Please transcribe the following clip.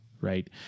Right